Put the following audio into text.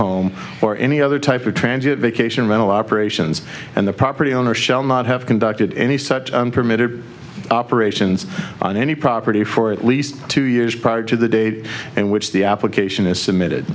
home or any other type of transit vacation rental operations and the property owner shall not have conducted any such permitted operations on any property for at least two years prior to the date and which the application is submitted